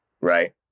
right